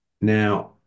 Now